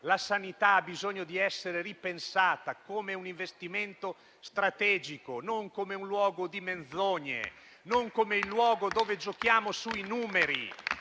La sanità ha bisogno di essere ripensata come un investimento strategico, non come un luogo di menzogne, non come il luogo dove giochiamo sui numeri.